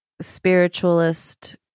spiritualist